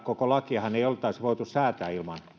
koko lakiahan ei oltaisi voitu säätää ilman